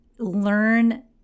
Learn